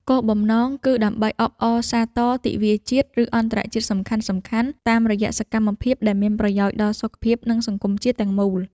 គោលបំណងគឺដើម្បីអបអរសាទរទិវាជាតិ ឬអន្តរជាតិសំខាន់ៗ តាមរយៈសកម្មភាពដែលមានប្រយោជន៍ដល់សុខភាព និងសង្គមជាតិទាំងមូល។